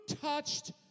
touched